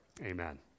Amen